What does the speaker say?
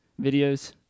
videos